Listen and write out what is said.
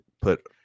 put